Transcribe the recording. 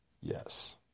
yes